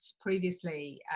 previously